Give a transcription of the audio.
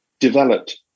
developed